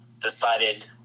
decided